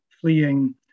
fleeing